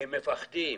הם מפחדים.